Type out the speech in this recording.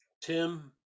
Tim